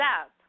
up